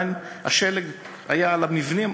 עוד כשהשלג היה על המבנים,